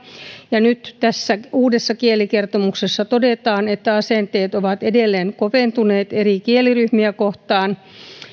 ja nyt tässä uudessa kielikertomuksessa todetaan että asenteet ovat edelleen koventuneet eri kieliryhmiä kohtaan